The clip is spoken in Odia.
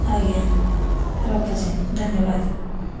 ଆଜ୍ଞା ରଖୁଛି ଧନ୍ୟବାଦ